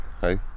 Hi